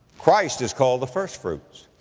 christ is called, the first-fruits.